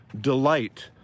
delight